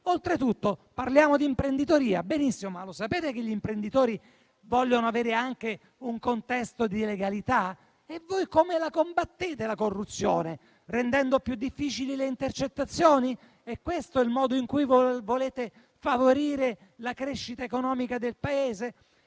Oltretutto, parlando di imprenditoria, benissimo: sapete che gli imprenditori vogliono avere anche un contesto di legalità? E voi come combattete la corruzione? Rendendo più difficili le intercettazioni? Questo è il modo in cui volete favorire la crescita economica del Paese?